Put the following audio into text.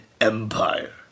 Empire